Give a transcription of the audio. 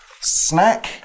Snack